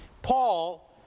Paul